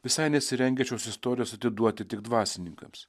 visai nesirengia šios istorijos atiduoti tik dvasininkams